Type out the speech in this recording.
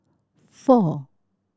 four